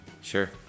sure